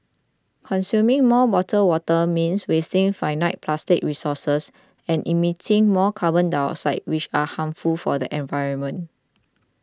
consuming more bottled water means wasting finite plastic resources and emitting more carbon dioxide which are harmful for the environment